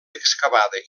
excavada